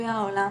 בגביע העולם